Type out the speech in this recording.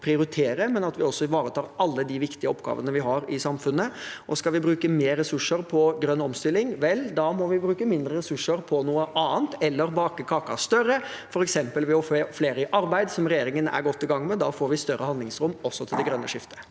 men at vi også ivaretar alle de viktige oppgavene vi har i samfunnet. Skal vi bruke mer ressurser på grønn omstilling, må vi bruke mindre ressurser på noe annet eller bake kaka større – f.eks. ved å få flere i arbeid, som regjeringen er godt i gang med. Da får vi større handlingsrom, også til det grønne skiftet.